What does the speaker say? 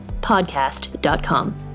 podcast.com